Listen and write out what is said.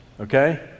okay